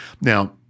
Now